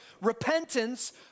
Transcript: repentance